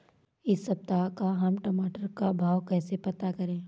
इस सप्ताह का हम टमाटर का भाव कैसे पता करें?